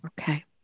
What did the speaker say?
Okay